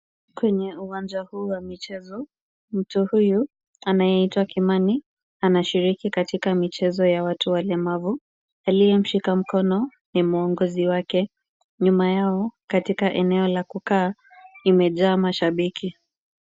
Kwenye uwanja huu wa michezo. Mtu huyu anayeitwa Kimani anashiriki katika michezo ya watu walemavu. Aliyemshika mkono ni muongozi wake. Nyuma yao katika eneo la kukaa limejaa mashabiki.